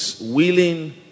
willing